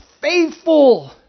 faithful